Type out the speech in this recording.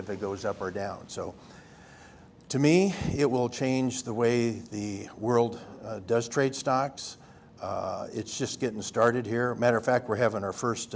if it goes up or down so to me it will change the way the world does trade stocks it's just getting started here matter of fact we're having our first